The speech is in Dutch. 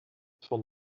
van